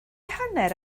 hanner